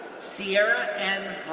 sierra n.